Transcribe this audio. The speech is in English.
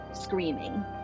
screaming